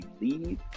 leave